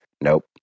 nope